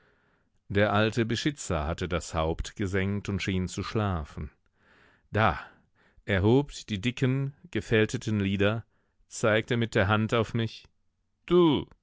der alte beschitzer hatte das haupt gesenkt und schien zu schlafen da er hob die dicken gefälteten lider zeigte mit der hand auf mich du